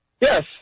yes